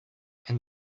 and